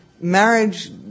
Marriage